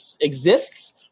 exists